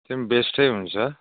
त्यो पनि बेस्टै हुन्छ